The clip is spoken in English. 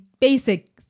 basic